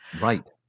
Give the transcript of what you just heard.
Right